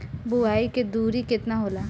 बुआई के दूरी केतना होला?